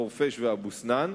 חורפיש ואבו-סנאן,